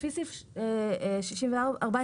לפעמים אין להם קוורום להתקדם שנים רבות.